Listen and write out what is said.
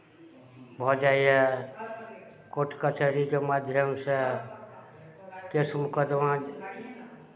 भऽ जाइए कोर्ट कचहरीके माध्यमसँ केस मुकदमा